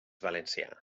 valencià